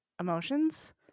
emotions